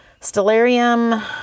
Stellarium